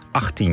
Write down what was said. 18